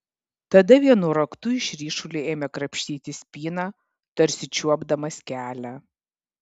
tada vienu raktu iš ryšulio ėmė krapštyti spyną tarsi čiuopdamas kelią